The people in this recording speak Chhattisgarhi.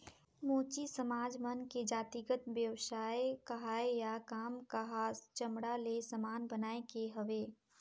मोची समाज मन के जातिगत बेवसाय काहय या काम काहस चमड़ा ले समान बनाए के हवे